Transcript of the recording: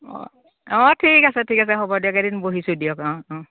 অঁ অঁ ঠিক আছে ঠিক আছে হ'ব দিয়ক এদিন বহিছোঁ দিয়ক অঁ অঁ